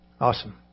Awesome